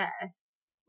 Yes